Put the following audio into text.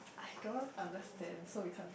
I don't understand so we can't